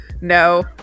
no